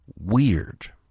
weird